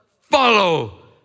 follow